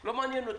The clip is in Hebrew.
לא מעניין אותי.